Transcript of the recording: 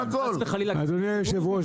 אדוני היושב ראש,